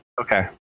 Okay